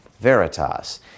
Veritas